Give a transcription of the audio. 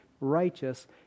righteous